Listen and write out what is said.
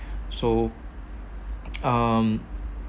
so um